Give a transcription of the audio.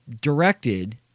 directed